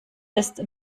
ist